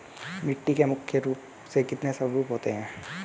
मिट्टी के मुख्य रूप से कितने स्वरूप होते हैं?